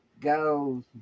Go